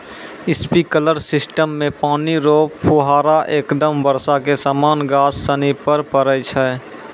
sprinkler system मे पानी रो फुहारा एकदम बर्षा के समान गाछ सनि पर पड़ै छै